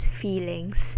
feelings